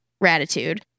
gratitude